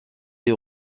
est